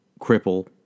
cripple